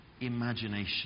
imagination